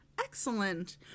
Excellent